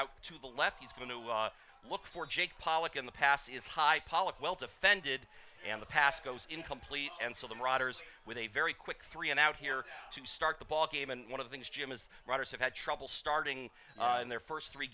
out to the left he's going to look for jake pollock in the pass is high pollock well to fended and the past goes incomplete and so the riders with a very quick three and out here to start the ball game and one of the things jim as writers have had trouble starting in their first three